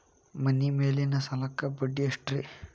ಮನಿ ಮೇಲಿನ ಸಾಲಕ್ಕ ಬಡ್ಡಿ ಎಷ್ಟ್ರಿ?